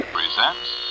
Presents